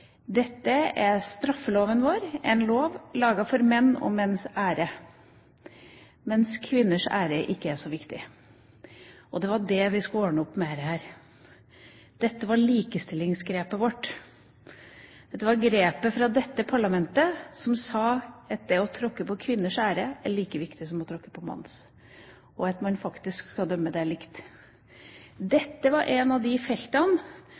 Dette er straffeloven vår, en lov laget for menn og menns ære, mens kvinners ære ikke er så viktig. Det var det vi skulle ordne opp i med dette – dette var likestillingsgrepet vårt. Dette var grepet fra dette parlamentet som sa at det å tråkke på kvinners ære er like viktig som det å tråkke på menns ære, og at man faktisk skal dømme det likt. Dette er et av de feltene